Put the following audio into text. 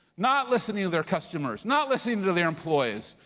not listening to their customers, not listening to their employees,